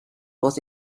was